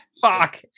fuck